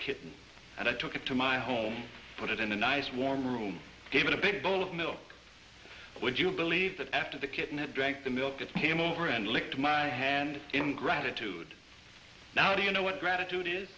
kitten and i took it to my home put it in a nice warm gave it a big bowl of milk would you believe that after the kitten it drank the milk it came over and licked my hand in gratitude now do you know what gratitude is